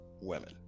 women